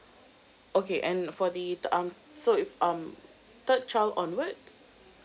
okay and for the third um so if um third child onwards